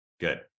good